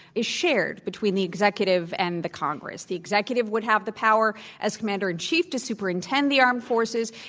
is shared between the executive and the congress. the executive would have the power as commander in chief to superintend the armed forces.